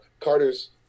carter's